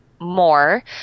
more